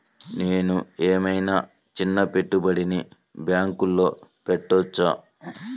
నేను ఏమయినా చిన్న పెట్టుబడిని బ్యాంక్లో పెట్టచ్చా?